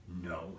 no